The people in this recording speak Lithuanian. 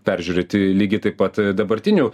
peržiūrėti lygiai taip pat dabartinių